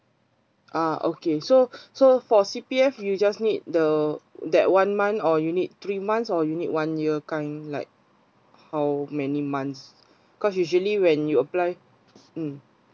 ah okay so so for C_P_F you just need the that one month or you need three months or you need one year kind like how many months because usually when you apply mm